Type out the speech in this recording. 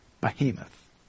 Behemoth